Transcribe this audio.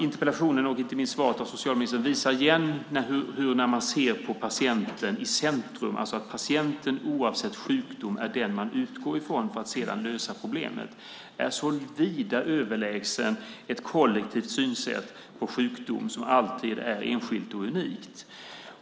Interpellationen och inte minst socialministerns svar visar att en syn där man utgår från patienten och sätter patienten i centrum, oavsett sjukdom, för att sedan lösa problemen är vida överlägsen ett kollektivt synsätt på sjukdom. Sjukdom är nämligen alltid enskild och unik.